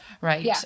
Right